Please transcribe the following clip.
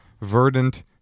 verdant